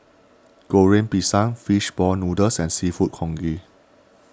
Goreng Pisang Fish Ball Noodles and Seafood Congee